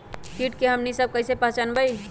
किट के हमनी सब कईसे पहचान बई?